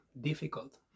difficult